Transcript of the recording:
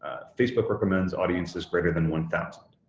facebook recommends audiences greater than one thousand.